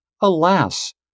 Alas